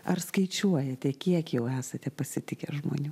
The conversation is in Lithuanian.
ar skaičiuojate kiek jau esate pasitikęs žmonių